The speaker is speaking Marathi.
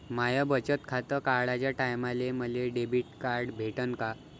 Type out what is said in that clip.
माय बचत खातं काढाच्या टायमाले मले डेबिट कार्ड भेटन का?